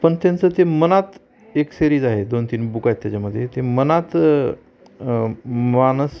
पण त्यांचं ते मनात एक सिरीज आहे दोन तीन बुक आहेत त्याच्यामध्ये ते मनात मानस